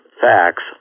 facts